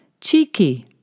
Cheeky